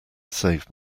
save